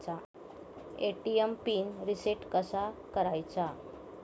ATM PIN reset कसा करायचा?